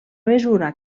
mesura